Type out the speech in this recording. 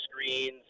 screens